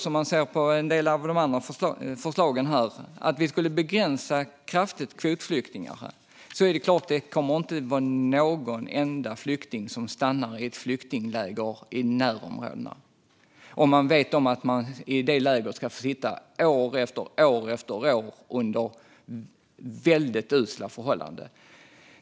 Om vi kraftigt ska begränsa antalet kvotflyktingar kommer inte en enda flykting att stanna i ett flyktingläger i närområdena, om de vet att de i det lägret kan få sitta år efter år under usla förhållanden.